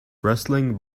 wrestling